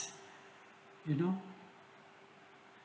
you know